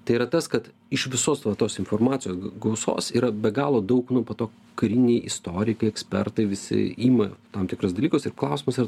tai yra tas kad iš visos va tos informacijos gausos yra be galo daug nu po to kariniai istorikai ekspertai visi ima tam tikrus dalykus ir klausimas yra